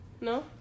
No